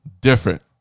Different